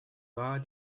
war